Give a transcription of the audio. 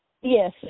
yes